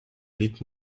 bit